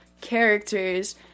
characters